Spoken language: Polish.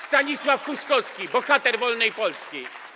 Stanisław Huskowski, bohater wolnej Polski.